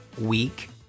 week